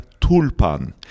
tulpan